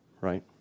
right